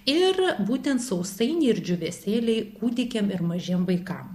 ir būtent sausainiai ir džiūvėsėliai kūdikiam ir mažiem vaikam